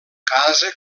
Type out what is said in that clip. casa